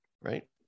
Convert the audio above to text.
right